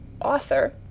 author